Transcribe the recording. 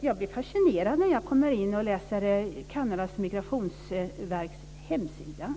Jag blir fascinerad när jag läser Kanadas migrationsverks hemsida.